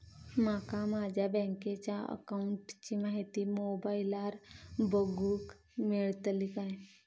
माका माझ्या बँकेच्या अकाऊंटची माहिती मोबाईलार बगुक मेळतली काय?